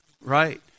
right